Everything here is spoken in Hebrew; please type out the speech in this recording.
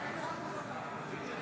בעד